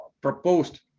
proposed